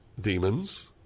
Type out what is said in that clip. demons